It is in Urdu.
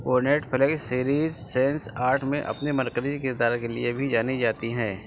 نیٹفلکس سیریز سینس آرٹ میں اپنے مرکزی کردار کے لیے بھی جانی جاتی ہیں